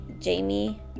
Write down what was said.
Jamie